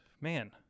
man